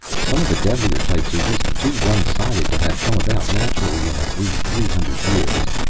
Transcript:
some of the deadlier types are just too one-sided to have come about naturally in a brief three hundred years.